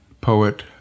poet